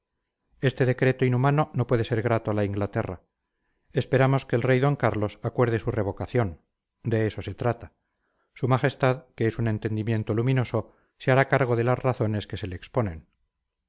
este decreto inhumano no puede ser grato a la inglaterra esperamos que el rey d carlos acuerde su revocación de eso se trata su majestad que es un entendimiento luminoso se hará cargo de las razones que se le exponen